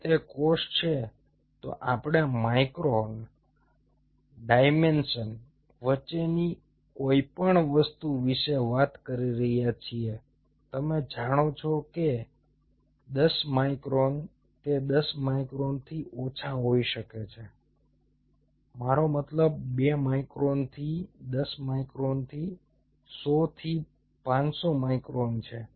જો તે કોષ છે તો આપણે માઇક્રોન ડાયમેન્શન વચ્ચેની કોઇપણ વસ્તુ વિશે વાત કરી રહ્યા છીએ તમે જાણો છો કે 10 માઇક્રોન તે 10 માઇક્રોનથી ઓછા હોઈ શકે છે મારો મતલબ 2 માઇક્રોનથી 10 માઇક્રોનથી 100 થી 500 માઇક્રોન છે